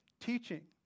Teaching